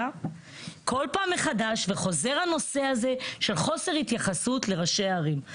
כל פעם מחדש וחוזר הנושא הזה של חוסר התייחסות לראשי ערים.